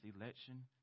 election